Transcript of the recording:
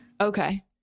Okay